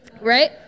Right